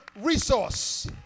resource